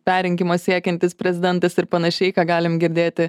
perrinkimo siekiantis prezidentas ir panašiai ką galim girdėti